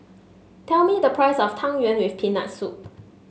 tell me the price of Tang Yuen with Peanut Soup